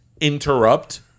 interrupt